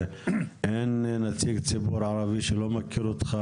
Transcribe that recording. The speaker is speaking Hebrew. אין נציג ציבור ערבי שלא מכיר אותך,